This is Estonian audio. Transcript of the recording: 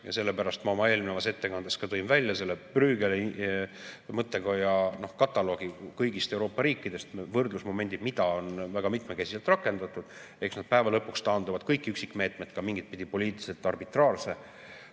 Sellepärast ma oma eelnevas ettekandes tõin välja selle Bruegeli mõttekoja kataloogi kõigi Euroopa riikide kohta, võrdlusmomendi, mida on väga mitmekesiselt rakendatud. Eks päeva lõpuks taanduvad kõik üksikmeetmed ka mingitpidi poliitiliselt arbitraarse